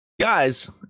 guys